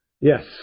yes